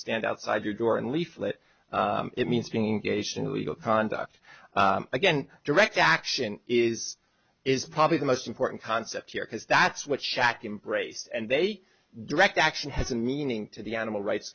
stand outside your door and leaflet it means being engaged in illegal conduct again direct action is is probably the most important concept here because that's what shaq embrace and they direct action has a meaning to the animal rights